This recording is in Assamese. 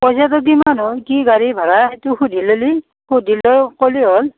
পইচাটো কিমান হয় কি গাড়ীৰ ভাৰা সেইটো সুধি ল'লে সুধি লৈ ক'লে হ'ল